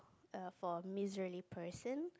err for misery person